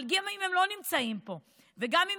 אבל אם גם הם לא נמצאים פה וגם הם